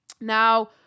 Now